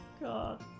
God